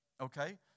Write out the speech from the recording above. Okay